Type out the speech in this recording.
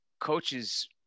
coaches